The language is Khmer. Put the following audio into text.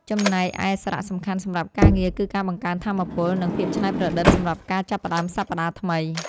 ចំណែកឯសារៈសំខាន់សម្រាប់ការងារ គឺការបង្កើនថាមពល និងភាពច្នៃប្រឌិតសម្រាប់ការចាប់ផ្ដើមសប្តាហ៍ថ្មី។